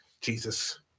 Jesus